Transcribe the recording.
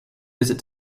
visit